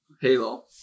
Halo